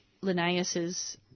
Linnaeus's